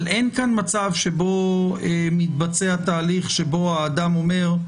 אבל אין כאן מצב שמתבצע תהליך שבו האדם אומר,